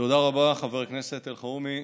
תודה רבה, חבר הכנסת אלחרומי.